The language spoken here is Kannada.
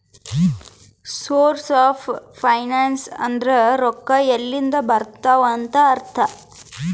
ಸೋರ್ಸ್ ಆಫ್ ಫೈನಾನ್ಸ್ ಅಂದುರ್ ರೊಕ್ಕಾ ಎಲ್ಲಿಂದ್ ಬರ್ತಾವ್ ಅಂತ್ ಅರ್ಥ